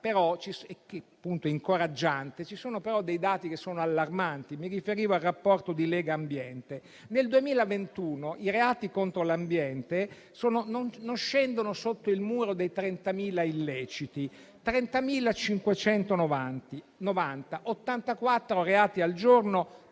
vi sono, però, dei dati allarmanti. Mi riferisco al rapporto di Legambiente. Nel 2021 i reati contro l'ambiente non scendono sotto il muro dei 30.000 illeciti: 30.590 illeciti, 84 reati al giorno,